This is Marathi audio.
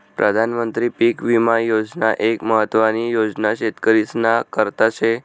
प्रधानमंत्री पीक विमा योजना एक महत्वानी योजना शेतकरीस्ना करता शे